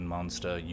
Monster